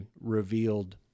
revealed